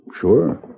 sure